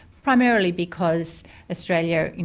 primarily because australia, you